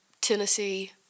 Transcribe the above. Tennessee